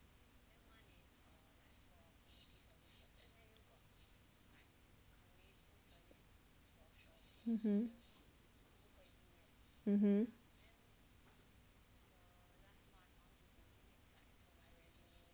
uh huh)(uh !huh!